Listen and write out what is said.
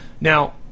Now